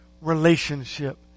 relationship